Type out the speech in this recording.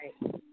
right